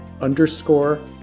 underscore